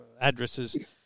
addresses